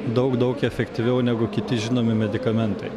daug daug efektyviau negu kiti žinomi medikamentai